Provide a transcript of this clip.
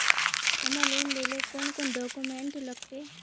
हमरा लोन लेले कौन कौन डॉक्यूमेंट लगते?